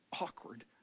Awkward